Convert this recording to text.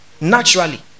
naturally